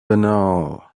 banal